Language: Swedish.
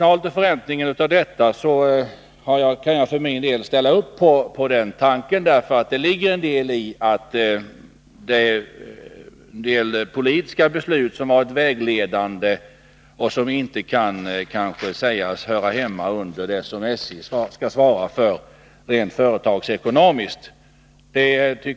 Jag kan för min del ställa upp på förslaget att ta bort 1 miljard från SJ:s förräntningspliktiga statskapital — det ligger en deli att en del av de politiska beslut som varit vägledande inte kan sägas höra hemma under det som SJ skall svara för rent företagsekonomiskt.